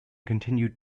continued